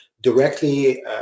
directly